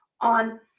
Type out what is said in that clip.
on